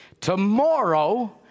Tomorrow